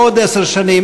עוד עשר שנים,